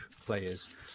players